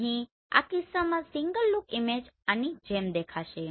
અહીં આ કિસ્સામાં સિંગલ લુક ઇમેજ આની જેમ દેખાશે